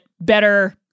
better